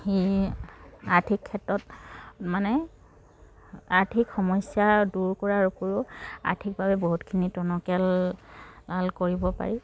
সি আৰ্থিক ক্ষেত্ৰত মানে আৰ্থিক সমস্যা দূৰ কৰাৰ উপৰিও আৰ্থিকভাৱে বহুতখিনি টনকিয়াল কৰিব পাৰি